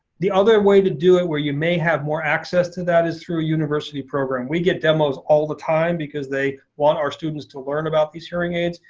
the other way to do it where you may have more access to that is through a university program. we get demos all the time because they want our students to learn about these hearing aids.